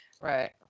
Right